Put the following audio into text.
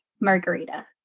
margarita